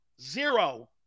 zero